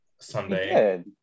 Sunday